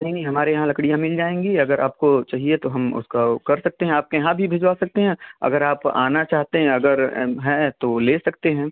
नहीं नहीं हमारे यहाँ लकड़ियाँ मिल जाएँगी अगर आपको चहिए तो हम उसका वह कर सकते हैं आपके यहाँ भी भिजवा सकते हैं अगर आप आना चाहते हैं अगर हैं तो ले सकते हैं